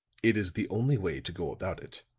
it is the only way to go about it.